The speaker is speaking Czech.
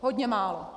Hodně málo.